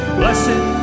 blessed